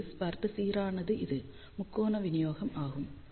முன்பு பார்த்த சீரானது இது முக்கோணமான விநியோம் இது